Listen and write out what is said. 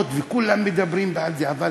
וכולם מדברים על זה, אבל